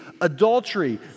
adultery